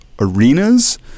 arenas